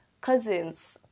Cousins